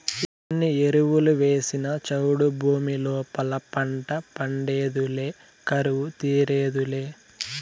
ఎన్ని ఎరువులు వేసినా చౌడు భూమి లోపల పంట పండేదులే కరువు తీరేదులే